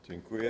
Dziękuję.